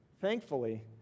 thankfully